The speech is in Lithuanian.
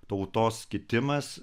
tautos kitimas